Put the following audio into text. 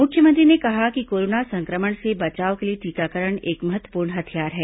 मुख्यमंत्री ने कहा कि कोरोना संक्रमण से बचाव के लिए टीकाकरण एक महत्वपूर्ण हथियार है